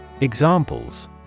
Examples